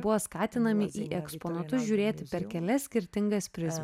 buvo skatinami į eksponatus žiūrėti per kelias skirtingas prizm